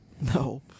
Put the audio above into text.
No